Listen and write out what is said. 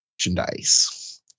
merchandise